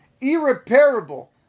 irreparable